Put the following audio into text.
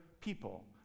people